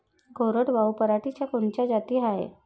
कोरडवाहू पराटीच्या कोनच्या जाती हाये?